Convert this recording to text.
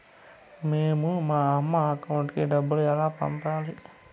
మేము మా అమ్మ అకౌంట్ కి డబ్బులు ఎలా పంపాలి